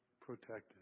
protected